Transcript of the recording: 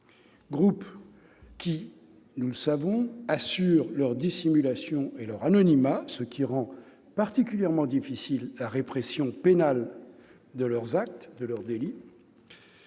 groupes, nous le savons, assurent leur dissimulation et leur anonymat, ce qui rend particulièrement difficile la répression pénale de leurs délits